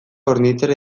hornitzera